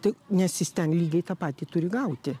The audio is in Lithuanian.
tai nes jis ten lygiai tą patį turi gauti